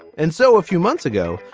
and so a few months ago,